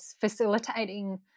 facilitating